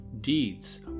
deeds